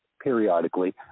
periodically